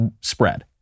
spread